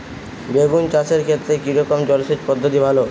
বেগুন চাষের ক্ষেত্রে কি রকমের জলসেচ পদ্ধতি ভালো হয়?